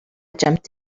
jumped